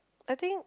I think